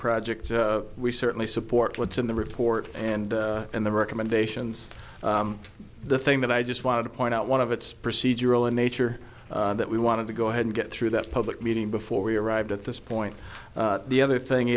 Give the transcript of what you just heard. project we certainly support what's in the report and in the recommendations the thing that i just wanted to point out one of it's procedural in nature that we want to go ahead and get through that public meeting before we arrived at this point the other thing